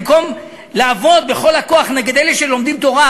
במקום לעבוד בכל הכוח נגד אלה שלומדים תורה,